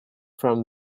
from